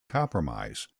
compromise